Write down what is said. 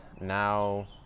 now